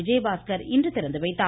விஜயபாஸ்கர் இன்று திறந்து வைத்தார்